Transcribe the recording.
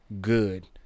good